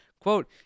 Quote